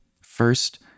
first